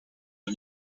are